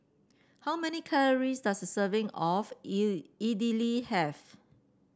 how many calories does a serving of Idili have